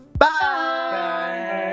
Bye